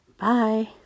Bye